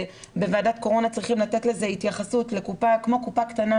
בוועדת קורונה צריכים לתת לזה התייחסות לקופה שהיא כמו קופה קטנה,